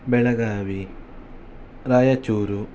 Belagavi Raichur